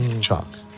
chalk